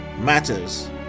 matters